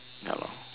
ya lor